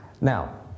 Now